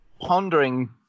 pondering